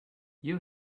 you